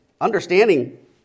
Understanding